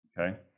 Okay